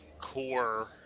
core